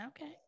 Okay